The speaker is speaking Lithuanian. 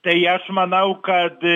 tai aš manau kad